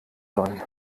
sollen